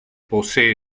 posee